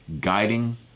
Guiding